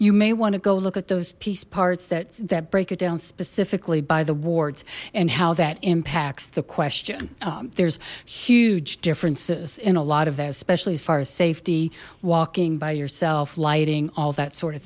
you may want to go look at those piece parts that that break it down specifically by the wards and how that impacts the question there's huge differences in a lot of that especially as far as safety walking by yourself lighting all that sort of